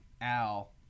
al